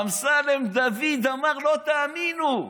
אמסלם דוד אמר, לא תאמינו,